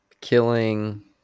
Killing